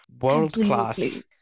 world-class